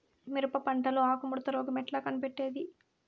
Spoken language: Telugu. మిరప పంటలో ఆకు ముడత రోగం ఎట్లా కనిపెట్టేది?